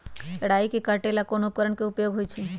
राई के काटे ला कोंन उपकरण के उपयोग होइ छई?